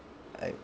I